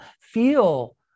feel